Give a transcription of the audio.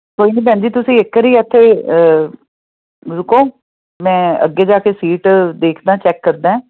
ਕੋਈ ਨਹੀਂ ਭੈਣ ਜੀ ਤੁਸੀਂ ਇੱਕ ਵਾਰੀ ਇੱਥੇ ਰੁਕੋ ਮੈਂ ਅੱਗੇ ਜਾ ਕੇ ਸੀਟ ਦੇਖਦਾ ਚੈੱਕ ਕਰਦਾ